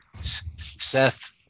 Seth